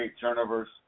turnovers